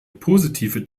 positive